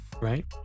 right